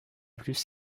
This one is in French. plus